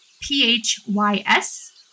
P-H-Y-S